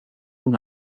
una